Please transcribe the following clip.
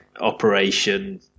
operation